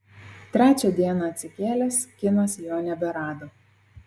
trečią dieną atsikėlęs kinas jo neberado